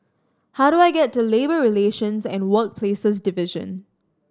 how do I get to Labour Relations and Workplaces Division